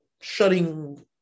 shutting